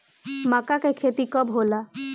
माका के खेती कब होला?